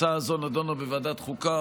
הצעה זו נדונה בוועדת החוקה,